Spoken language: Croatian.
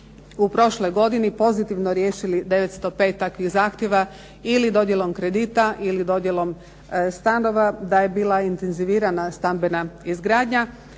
u prošloj godini pozitivno riješili 905 takvih zahtjeva ili dodjelom kredita ili dodjelom stanova, da je bila intenzivirana stambena izgradnja,